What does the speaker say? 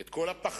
את כל הפחדנות,